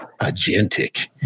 agentic